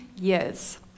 years